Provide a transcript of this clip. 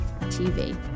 tv